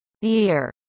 year